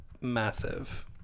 massive